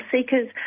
seekers